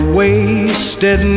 wasted